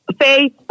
Faith